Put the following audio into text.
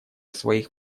своих